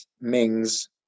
Mings